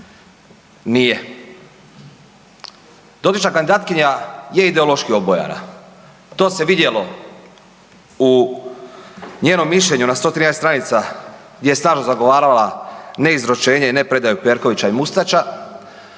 Nije. Dotična kandidatkinja je ideološki obojana. To se vidjelo u njenom mišljenju na 113 stranica gdje je stalno zagovarala neizručenje i ne predaju Perkovića i Mustača.